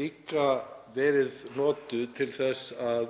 líka verið notuð til þess að